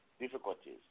difficulties